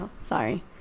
sorry